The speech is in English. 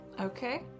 Okay